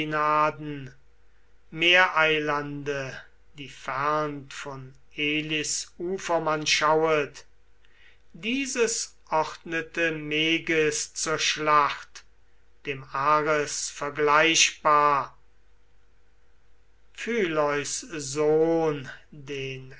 die fern von elis ufer man schauet dieses ordnete meges zur schlacht dem ares vergleichbar phyleus sohn den